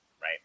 right